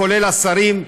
כולל השרים,